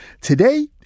today